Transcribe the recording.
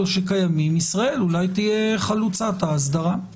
במקום שהם לא "ככל שקיימים" ישראל אולי תהיה חלוצת האסדרה,